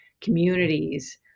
communities